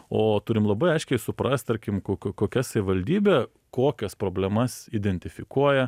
o turim labai aiškiai suprast tarkim ko kokia savivaldybė kokias problemas identifikuoja